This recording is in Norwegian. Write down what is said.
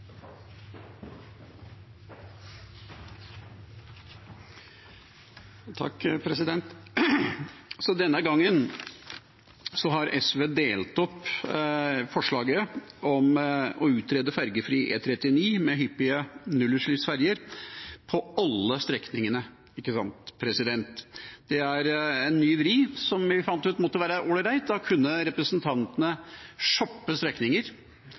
Denne gangen har SV delt opp forslaget om å utrede fergefri E39 med hyppige nullutslippsferger – på alle strekningene. Det er en ny vri, som vi fant ut måtte være all right. Da kunne representantene «shoppe» strekninger,